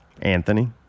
Anthony